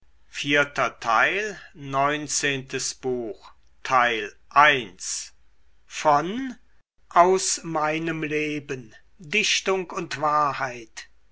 goethe aus meinem leben dichtung und wahrheit